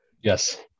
Yes